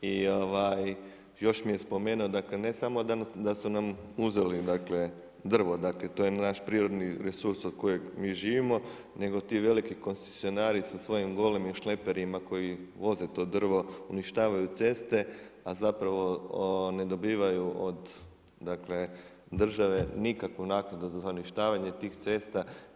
I još mi je spomenuo dakle ne samo da su nam uzeli dakle drvo, dakle to je naš prirodni resurs od kojeg mi živimo nego ti veliki koncesionari sa svojim golemim šleperima koji voze to drvo uništavaju ceste a zapravo ne dobivaju od dakle države nikakvu naknadu za uništavanje tih cesta.